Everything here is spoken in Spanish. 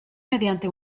mediante